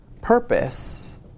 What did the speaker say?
purpose